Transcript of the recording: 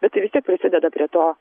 bet tai vis tiek prisideda prie to